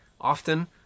Often